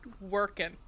working